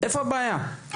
איפה הבעיה?